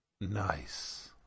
Nice